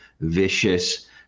vicious